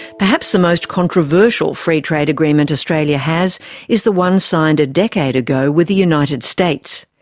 perhaps the most controversial free trade agreement australia has is the one signed a decade ago with the united states.